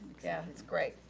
yeah that's great.